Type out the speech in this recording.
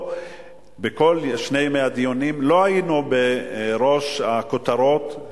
ובכל שני ימי הדיונים לא היינו בראש הכותרות,